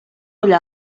ull